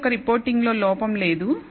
xi యొక్క రిపోర్టింగ్లో లోపం లేదు